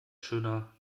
schöner